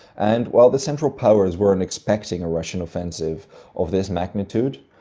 and while the central powers weren't expecting a russian offensive of this magnitude.